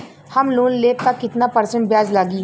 हम लोन लेब त कितना परसेंट ब्याज लागी?